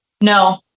no